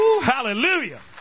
Hallelujah